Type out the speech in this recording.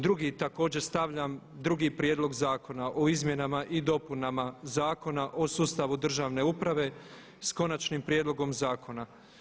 Drugi također stavljam, drugi Prijedlog zakona o izmjenama i dopunama Zakona o sustavu državne uprave, s Konačnim prijedlogom zakona.